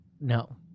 No